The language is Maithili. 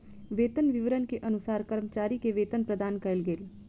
वेतन विवरण के अनुसार कर्मचारी के वेतन प्रदान कयल गेल